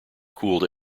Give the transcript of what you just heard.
cooled